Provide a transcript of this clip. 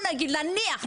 נניח,